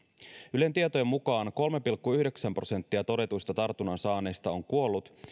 ylen tietojen mukaan kolme pilkku yhdeksän prosenttia todetuista tartunnan saaneista on kuollut